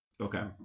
Okay